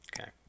Okay